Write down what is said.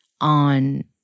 on